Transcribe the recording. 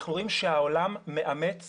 אנחנו רואים שהעולם מאמץ